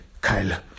Kyle